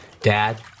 Dad